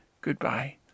goodbye